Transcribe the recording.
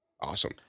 Awesome